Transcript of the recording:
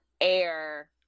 air